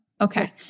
Okay